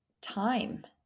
time